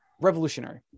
revolutionary